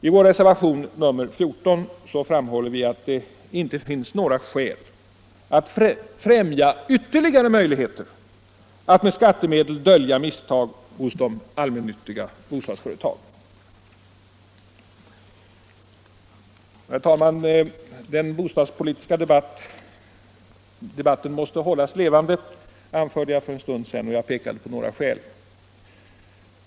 I reservationen 14 framhåller vi att det inte finns några ”skäl att främja ytterligare möjligheter att med skattemedel dölja misstag hos de s.k. allmännyttiga bostadsföretagen”. Herr talman! Den bostadspolitiska debatten måste hållas levande, anförde jag för en stund sedan. Jag pekade på några skäl härtill.